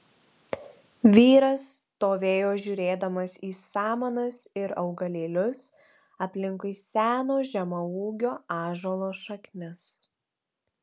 vyras stovėjo žiūrėdamas į samanas ir augalėlius aplinkui seno žemaūgio ąžuolo šaknis